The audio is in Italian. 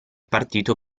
partito